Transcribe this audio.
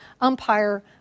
umpire